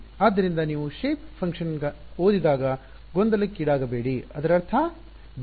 ಆದ್ದರಿಂದ ನೀವು shape function ಓದಿದಾಗ ಗೊಂದಲಕ್ಕೀಡಾಗಬೇಡಿ ಅದರರ್ಥ ಬೆಸಸ್ ಫಾಂಕ್ಷನ್ ಎಂದರ್ಥ